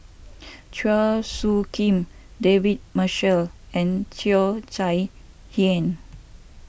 Chua Soo Khim David Marshall and Cheo Chai Hiang